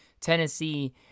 Tennessee